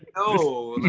oh,